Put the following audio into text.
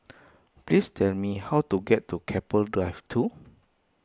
please tell me how to get to Keppel Drive two